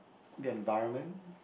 the environment